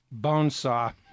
Bonesaw